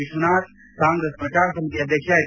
ವಿಶ್ವನಾಥ್ ಕಾಂಗ್ರೆಸ್ ಪ್ರಚಾರ ಸಮಿತಿ ಅಧ್ಯಕ್ಷ ಹೆಚ್